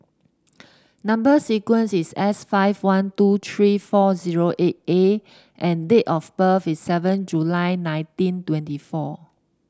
number sequence is S five one two three four zero eight A and date of birth is seven July nineteen twenty four